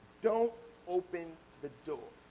don't open the door.